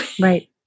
right